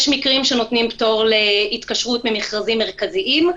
יש מקרים שנותנים פטור להתקשרות ממכרזים מרכזיים.